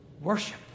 worship